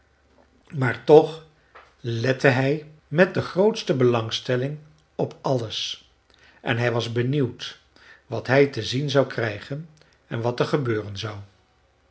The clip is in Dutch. maar toch lette hij met de grootste belangstelling op alles en hij was benieuwd wat hij te zien zou krijgen en wat er gebeuren zou